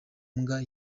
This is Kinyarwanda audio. mbwa